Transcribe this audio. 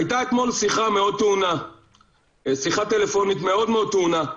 הייתה אתמול שיחה טלפונית מאוד טעונה,